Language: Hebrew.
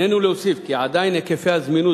הננו להוסיף כי עדיין היקפי הזמינות